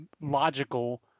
logical